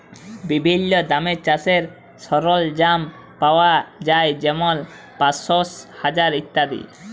বিভিল্ল্য দামে চাষের সরল্জাম পাউয়া যায় যেমল পাঁশশ, হাজার ইত্যাদি